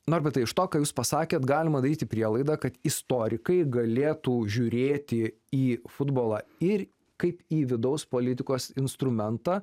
norbertai iš to ką jūs pasakėte galima daryti prielaidą kad istorikai galėtų žiūrėti į futbolą ir kaip į vidaus politikos instrumentą